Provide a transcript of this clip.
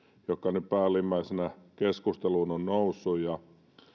jotka nyt päällimmäisinä keskusteluun ovat nousseet